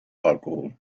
alcohol